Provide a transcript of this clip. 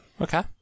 Okay